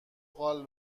قال